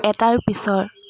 এটাৰ পিছৰ